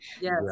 yes